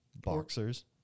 Boxers